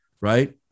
right